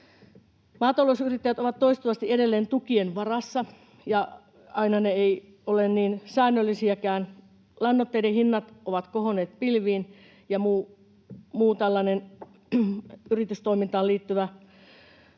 Maatalousyrittäjät ovat toistuvasti edelleen tukien varassa, ja aina ne eivät ole niin säännöllisiäkään. Lannoitteiden hinnat ovat kohonneet pilviin, ja muiden yritystoimintaan liittyvien